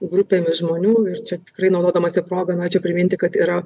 grupėmis žmonių ir čia tikrai naudodamasi proga norėčiau priminti kad yra